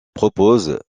propose